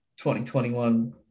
2021